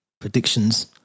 predictions